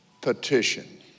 petition